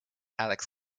alex